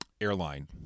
airline